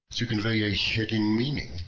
to convey a hidden meaning,